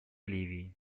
ливии